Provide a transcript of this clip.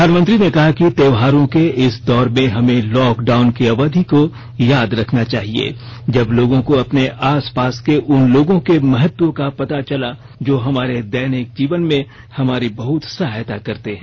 प्रधानमंत्री ने कहा कि त्यौहारों के इस दौर में हमें लॉकडाउन की अवधि को याद रखना चाहिए जब लोगों को अपने आसपास के उन लोगों के महत्व का पता चला जो हमारे दैनिक जीवन में हमारी बहत सहायता करते हैं